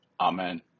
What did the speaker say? Amen